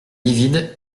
livide